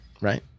right